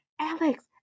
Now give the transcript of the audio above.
Alex